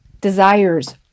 desires